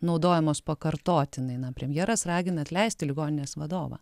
naudojamos pakartotinai na premjeras ragina atleisti ligoninės vadovą